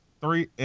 three